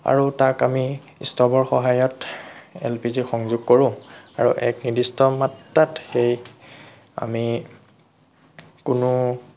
আৰু তাক আমি ষ্টভৰ সহায়ত এল পি জি সংযোগ কৰোঁ আৰু এক নিৰ্দিষ্ট মাত্ৰাত সেই আমি কোনো